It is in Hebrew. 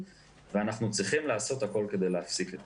ואנחנו צריכים לעשות הכול כדי להפסיק את זה.